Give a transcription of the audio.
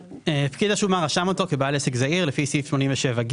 פקיד השומה רשם אותו כבעל עסק זעיר לפי סעיף 87ג,